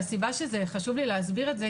והסיבה שחשוב לי להסביר את זה,